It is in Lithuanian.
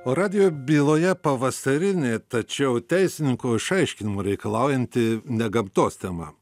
o radijo byloje pavasarinį tačiau teisininkų išaiškinimų reikalaujantį ne gamtos tema